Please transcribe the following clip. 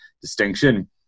distinction